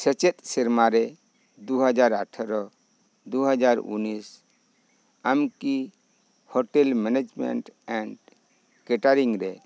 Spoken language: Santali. ᱥᱮᱪᱮᱫ ᱥᱮᱨᱢᱟ ᱨᱮ ᱫᱩᱦᱟᱡᱟᱨ ᱟᱴᱷᱮᱨᱚ ᱫᱩ ᱦᱟᱡᱟᱨ ᱩᱱᱤᱥ ᱟᱢᱠᱤ ᱦᱳᱴᱮᱞ ᱢᱮᱱᱮᱡᱢᱮᱱᱴ ᱮᱱᱰ ᱠᱮᱴᱟᱨᱤᱝ ᱨᱮ